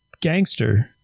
gangster